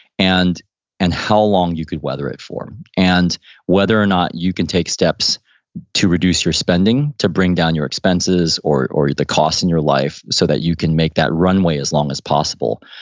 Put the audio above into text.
and and how long you could weather it for, and whether or not you can take steps to reduce your spending, to bring down your expenses or or the costs in your life so that you can make that runway as long as possible.